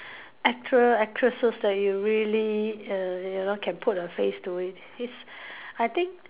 actor actresses that you really err you know can put a face to it is I think